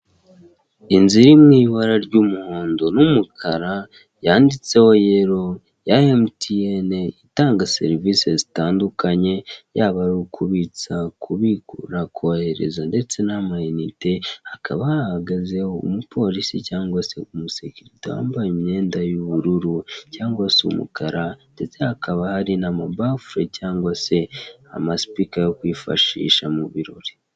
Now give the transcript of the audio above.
inzu iri mu ibara ry'umuhondo n'umukara yanditseho yero ya emutiyene itanga serivisi zitandukanye yaba ari ukubitsa kubikura kohereza ndetse n'amanite hakaba hahagaze umu polisi cyangwa se umusekirite wambaye imyenda y'ubururu cyangwa se umukara ndetse hakaba hari n'amabafure cyangwa se amasupika yo kwifashisha mu birori.